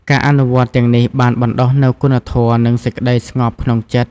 ការអនុវត្តន៍ទាំងនេះបានបណ្ដុះនូវគុណធម៌ និងសេចក្តីស្ងប់ក្នុងចិត្ត។